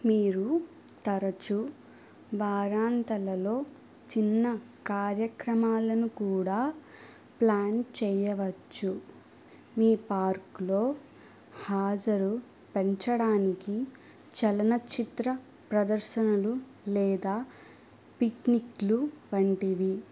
మీరు తరచూ వారాంతాలలో చిన్న కార్యక్రమాలను కూడా ప్ల్యాన్ చేయవచ్చు మీ పార్క్లో హాజరు పెంచడానికి చలనచిత్ర ప్రదర్శనలు లేదా పిక్నిక్లు వంటివి